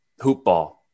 HoopBall